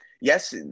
Yes